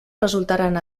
resultaran